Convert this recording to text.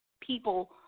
people